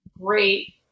great